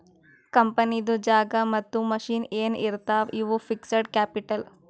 ಕಂಪನಿದು ಜಾಗಾ ಮತ್ತ ಮಷಿನ್ ಎನ್ ಇರ್ತಾವ್ ಅವು ಫಿಕ್ಸಡ್ ಕ್ಯಾಪಿಟಲ್